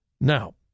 Now